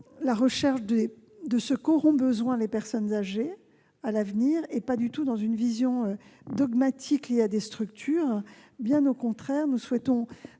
à comprendre ce dont auront besoin les personnes âgées à l'avenir. Nous ne sommes pas du tout dans une vision dogmatique liée à des structures. Bien au contraire, nous souhaitons